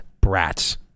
brats